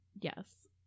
Yes